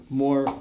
more